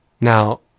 Now